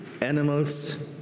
animals